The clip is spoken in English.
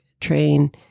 train